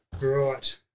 Right